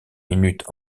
minutes